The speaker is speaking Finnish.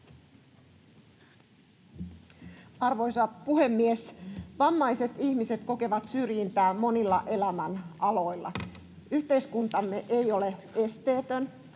Arvoisa puhemies! Vammaiset ihmiset kokevat syrjintää monilla elämänaloilla. Yhteiskuntamme ei ole esteetön.